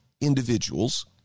individuals